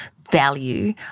value